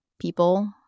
people